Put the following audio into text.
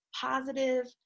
positive